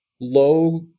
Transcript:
low